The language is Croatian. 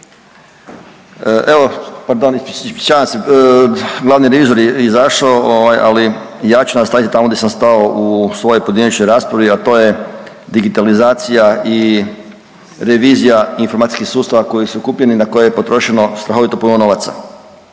se, glavni revizor je izašao ovaj, ali ja ću nastaviti tamo di sam stao u svojoj pojedinačnoj raspravi, a to je digitalizacija i revizija informacijskih sustava koji su kupljeni i na koje je potrošeno strahovito puno novaca.